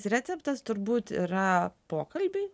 pagrindinis receptas turbūt yra pokalbiai